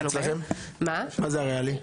מה זה הריאלי אצלכם?